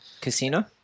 Casino